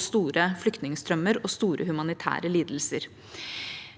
store flyktningstrømmer og store humanitære lidelser.